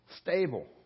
stable